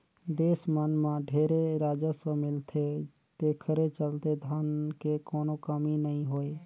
देस मन मं ढेरे राजस्व मिलथे तेखरे चलते धन के कोनो कमी नइ होय